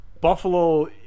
Buffalo